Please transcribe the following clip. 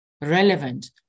relevant